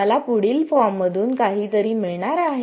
मला पुढील फॉर्ममधून काहीतरी मिळणार आहे